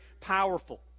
powerful